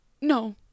No